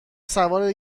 سوار